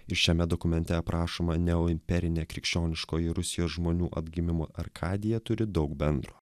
ir šiame dokumente aprašoma neoimperinė krikščioniškoji rusijos žmonių atgimimo arkadija turi daug bendro